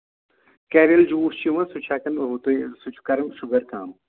کٮ۪ریلہٕ juice چھُ یِوان سُہ چھِ ہٮ۪کان ہُہ تہٕ یہِ سُہ چھُ کران شُگر کَم